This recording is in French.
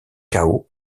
cao